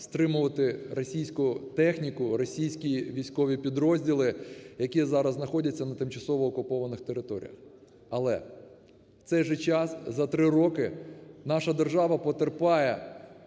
стримувати російську техніку, російські військові підрозділи, які зараз знаходяться на тимчасово окупованих територіях. Але в цей же час за три роки наша держава потерпає